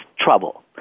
trouble